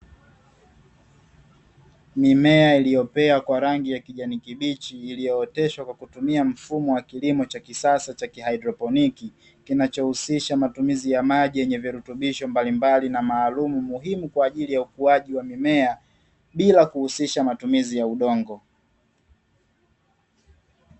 Mimea iliyopea kwa rangi ya kijani kibichi, iliyooteshwa kwa kutumia mfumo wa kilimo cha kisasa cha haidroponi, kinachohusisha matumizi ya maji yenye virutubisho mbalimbali na maalumu, muhimu kwa ajili ya ukuaji wa mimea bila kuhusisha matumizi ya udongo.